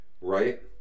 Right